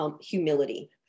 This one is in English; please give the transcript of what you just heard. humility